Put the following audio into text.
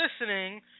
listening